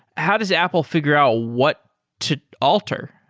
how does apple figure out what to alter?